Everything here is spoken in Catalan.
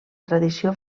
tradició